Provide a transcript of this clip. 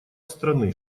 страны